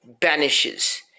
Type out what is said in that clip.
banishes